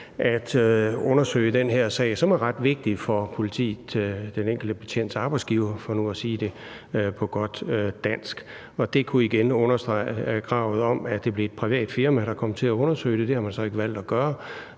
at undersøge den her sag, som er ret vigtig for politiet, altså den enkelte betjents arbejdsgiver for nu at sige det på godt dansk? Det kunne igen understrege kravet om, at det blev et privat firma, der kom til at undersøge det. Det har man så ikke valgt at gøre.